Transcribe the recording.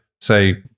Say